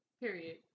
Period